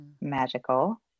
magical